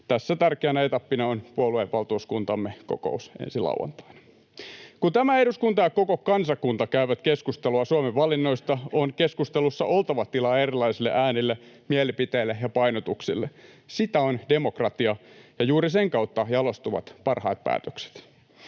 tässä tärkeänä etappina on puoluevaltuuskuntamme kokous ensi lauantaina. Kun tämä eduskunta ja koko kansakunta käyvät keskustelua Suomen valinnoista, on keskustelussa oltava tilaa erilaisille äänille, mielipiteille ja painotuksille. Sitä on demokratia, ja juuri sen kautta jalostuvat parhaat päätökset.